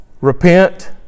repent